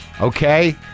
Okay